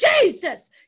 Jesus